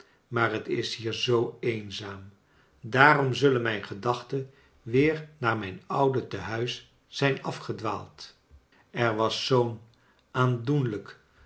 maar het is hier zoo eenzaam daarom zullen mijn gedachten weer naar mijn oude tehuis zijn afgedwaald er was zoo'n aandoenlijk